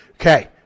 Okay